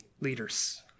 leaders